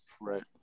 Right